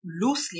loosely